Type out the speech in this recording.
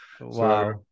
wow